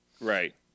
Right